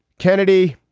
kennedy,